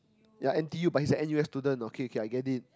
ya N_T_U but he is a N_U_S student okay okay I get it